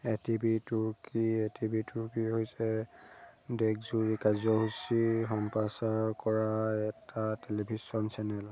এ T V তুৰ্কী A T V তুৰ্কী হৈছে দেশজুৰি কাৰ্যসূচী সম্প্ৰচাৰ কৰা এটা টেলিভিছন চেনেল